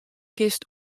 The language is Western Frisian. kinst